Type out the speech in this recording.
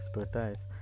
expertise